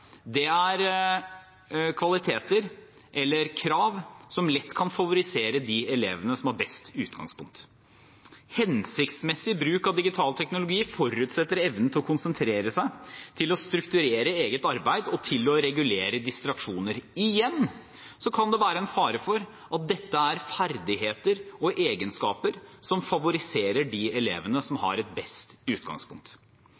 er kvaliteter eller krav som lett kan favorisere de elevene som har best utgangspunkt. Hensiktsmessig bruk av digital teknologi forutsetter evnen til å konsentrere seg, til å strukturere eget arbeid og til å regulere distraksjoner. Igjen kan det være en fare for at dette er ferdigheter og egenskaper som favoriserer de elevene som har best utgangspunkt.